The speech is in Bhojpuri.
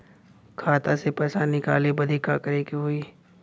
खाता से पैसा निकाले बदे का करे के होई?